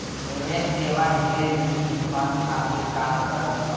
निवेश सेवा ढेर निजी फंड खातिर काम करत हअ